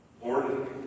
Lord